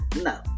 No